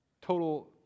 total